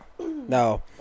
no